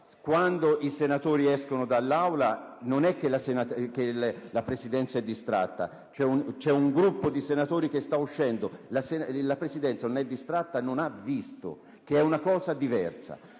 Quando i senatori escono dall'Aula, non è che la Presidenza è distratta. C'è un gruppo di senatori che sta uscendo: la Presidenza non è distratta, ma non ha visto, che è una cosa diversa.